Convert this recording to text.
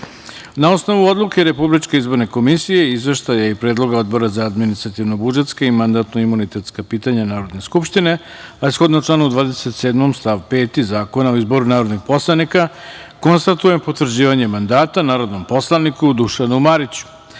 osnovu odluke RIK i izveštaja i predloga Odbora za administrativno-budžetska i mandatno-imunitetska pitanja Narodne skupštine, a shodno članu 27. stav 5. Zakona o izboru narodnih poslanika, konstatujem potvrđivanje mandata narodnom poslaniku Dušanu